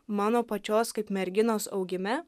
mano pačios kaip merginos augime